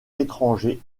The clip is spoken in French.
étrangers